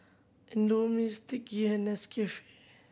Indomie Sticky and Nescafe